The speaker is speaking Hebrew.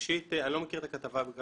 ראשית, אני לא מכיר את הכתבה בכלכליסט.